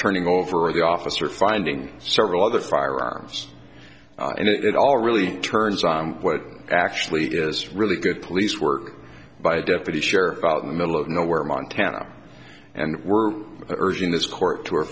turning over the officer finding several other firearms and it all really turns on what actually is really good police work by a deputy sheriff out in the middle of nowhere montana and we're urging this court to